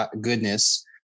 goodness